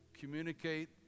communicate